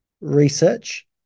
research